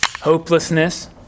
hopelessness